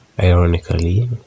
ironically